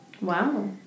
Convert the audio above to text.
Wow